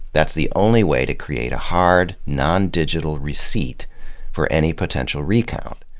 that's the only way to create a hard non-digital receipt for any potential recount.